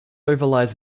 overlies